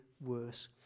worse